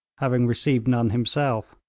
having received none himself.